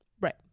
Right